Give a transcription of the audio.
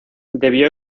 debió